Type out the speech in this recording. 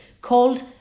called